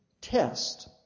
test